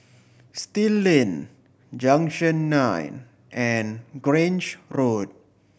Still Lane Junction Nine and Grange Road